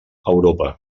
europa